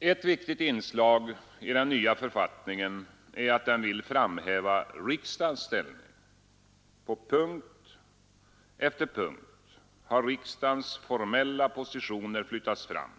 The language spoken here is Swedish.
Ett viktigt inslag i den nya författningen är att den vill framhäva riksdagens ställning. På punkt efter punkt har riksdagens formella positioner flyttats fram.